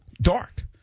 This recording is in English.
dark